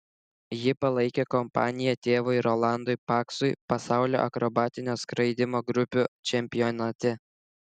ji palaikė kompaniją tėvui rolandui paksui pasaulio akrobatinio skraidymo grupių čempionate